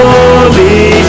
Holy